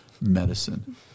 Medicine